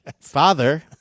father